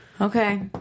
Okay